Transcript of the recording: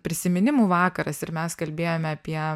prisiminimų vakaras ir mes kalbėjome apie